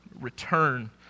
return